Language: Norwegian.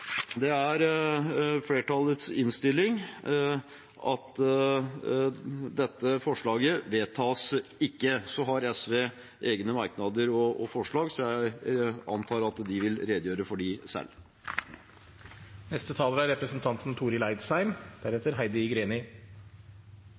Det er derfor flertallets innstilling at dette forslaget ikke vedtas, og så har SV egne merknader og forslag, som jeg antar at de vil redegjøre for